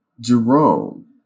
Jerome